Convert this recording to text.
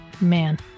man